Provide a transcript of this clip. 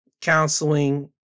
counseling